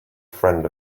friend